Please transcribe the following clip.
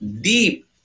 deep